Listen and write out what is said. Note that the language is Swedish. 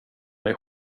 mig